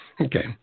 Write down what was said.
Okay